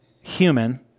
human